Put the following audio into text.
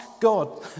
God